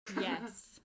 Yes